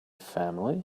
family